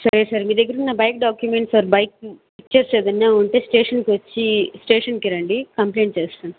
సరే సార్ మీ దగ్గరున్న bike documents or bike pictures ఏమన్నా ఉంటే స్టేషన్కి వచ్చి స్టేషన్కి రండి కంప్లయింట్ చేస్తాను